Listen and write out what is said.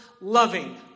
loving